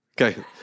Okay